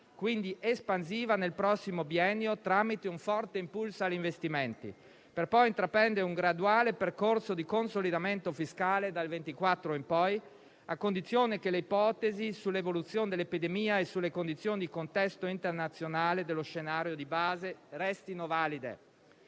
quindi, espansiva nel prossimo biennio tramite un forte impulso agli investimenti per poi intraprendere un graduale percorso di consolidamento fiscale - dal 2024 in poi - a condizione che le ipotesi sull'evoluzione dell'epidemia e sulle condizioni di contesto internazionale dello scenario di base restino valide.